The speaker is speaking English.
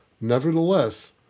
Nevertheless